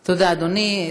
תודה, אדוני.